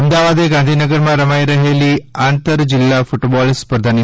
અમદાવાદે ગાંધીનગરમાં રમાઇ રહેલી આંતર જિલ્લા ફૂટબોલ સ્પર્ધાની